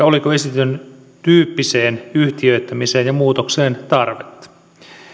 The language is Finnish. oliko esitetyn tyyppiseen yhtiöittämiseen ja muutokseen tarvetta